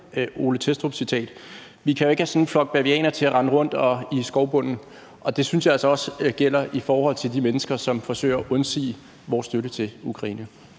Ole Thestrup-citat: Vi kan jo ikke have sådan en flok bavianer til at rende rundt og ... i skovbunden. Det synes jeg altså også gælder i forhold til de mennesker, som forsøger at undsige vores støtte til Ukraine.